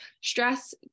stress